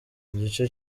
igice